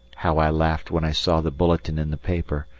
how i laughed when i saw the bulletin in the paper,